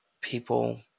People